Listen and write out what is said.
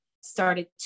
started